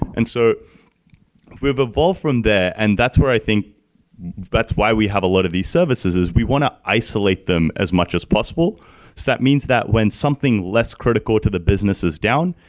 and so we've evolved from there, and that's where i think that's why we have a lot of these services, is we want to isolate them as much as possible. so that means that when something less critical to the business is down,